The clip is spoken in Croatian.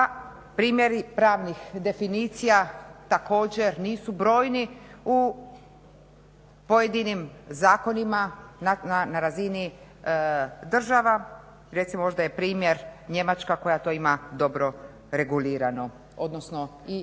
primjeri pravnih definicija također nisu brojni u pojedinim zakonima na razini država. Recimo još da je primjer Njemačka koja to ima dobro regulirano, odnosno i